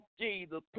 Jesus